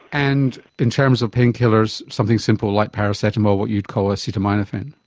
and in terms of painkillers, something simple like paracetamol, what you'd call acetaminophen.